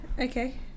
Okay